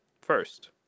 first